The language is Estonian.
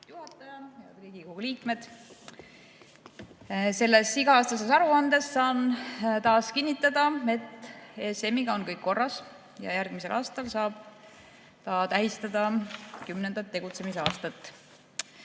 juhataja! Head Riigikogu liikmed! Selles iga-aastases aruandes saan taas kinnitada, et ESM-iga on kõik korras ja järgmisel aastal saab ta tähistada kümnendat tegutsemisaastat.